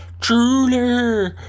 Truly